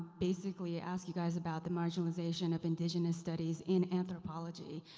basically ask you guys about the marginalization of indigenous studies in anthropology,